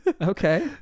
Okay